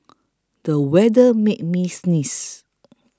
the weather made me sneeze